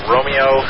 Romeo